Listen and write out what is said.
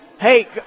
Hey